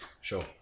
Sure